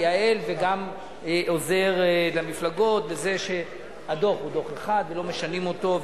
מייעל וגם עוזר למפלגות בזה שהדוח הוא דוח אחד ולא משנים אותו,